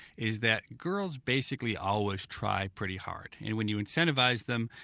is that girls basically always try pretty hard. and when you incentivize them,